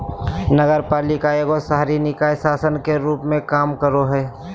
नगरपालिका एगो शहरी निकाय शासन के रूप मे काम करो हय